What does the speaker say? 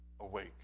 awake